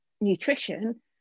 nutrition